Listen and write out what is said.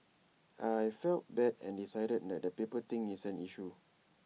I felt bad and decided that the paper thing is an issue